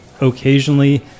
occasionally